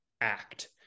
act